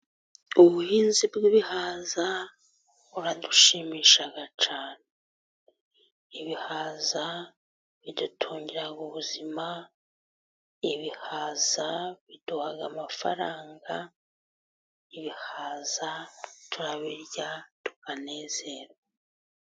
Ubuhinzi bw'ibihaza buradushimisha cyane, ibihaza bidutungira ubuzima, ibihaza biduhaga amafaranga, ibihaza turabirya tukanezerwa.